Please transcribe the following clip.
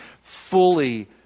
fully